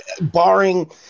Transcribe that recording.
barring